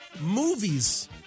Movies